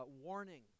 warning